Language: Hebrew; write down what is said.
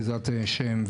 בעזרת השם,